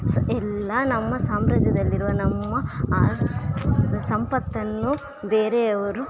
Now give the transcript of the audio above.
ಸ್ ಎಲ್ಲ ನಮ್ಮ ಸಾಮ್ರಾಜ್ಯದಲ್ಲಿರುವ ನಮ್ಮ ಸಂಪತ್ತನ್ನು ಬೇರೆಯವರು